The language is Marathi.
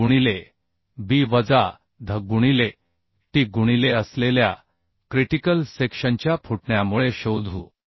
9 गुणिले B वजा dh गुणिले t गुणिले असलेल्या क्रिटिकल सेक्शनच्या फुटण्यामुळे शोधू